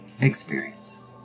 experience